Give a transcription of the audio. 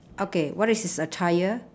okay what is this a tyre